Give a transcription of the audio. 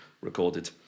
recorded